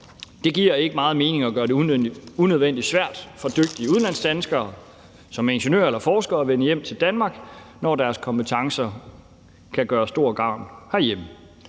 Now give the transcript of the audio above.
Det giver ikke meget mening at gøre det unødvendig svært for dygtige udlandsdanskere, f.eks. ingeniører eller forskere, at vende hjem til Danmark, når deres kompetencer kan gøre stor gavn herhjemme.